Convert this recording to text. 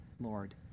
Lord